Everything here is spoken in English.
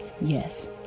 yes